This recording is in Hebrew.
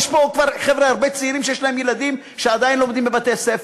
יש פה הרבה חבר'ה צעירים שיש להם ילדים שעדיין לומדים בבתי-ספר.